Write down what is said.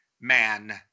man